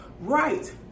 right